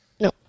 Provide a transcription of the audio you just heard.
No